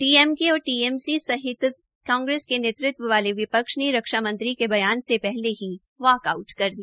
DMK और TMC सहित Congress के नेतृत्व वाले विपक्ष ने रक्षामंत्री के बयान से पहले वाकॅआउट कर दिया